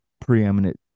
preeminent